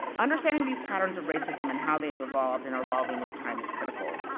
understanding these patterns of racism and how they have evolved and are evolving over time is critical.